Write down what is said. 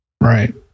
Right